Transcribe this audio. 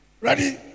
Ready